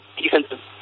defensive